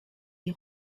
des